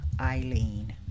Eileen